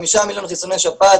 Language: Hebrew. חמישה מיליון חיסוני שפעת,